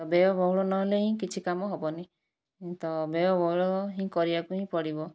ତ ବ୍ୟୟ ବହୁଳ ନହେଲେ ହିଁ କିଛି କାମ ହେବନାହିଁ ତ ବ୍ୟୟ ବହୁଳ ହିଁ କରିବାକୁ ହିଁ ପଡ଼ିବ